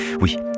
Oui